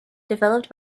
developed